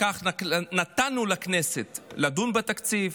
לדון בתקציב.